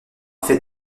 fait